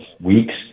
weeks